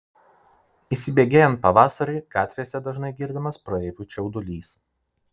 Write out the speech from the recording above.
įsibėgėjant pavasariui gatvėse dažnai girdimas praeivių čiaudulys